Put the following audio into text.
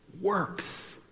works